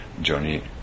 Johnny